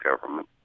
government